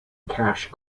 cash